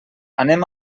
anem